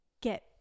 get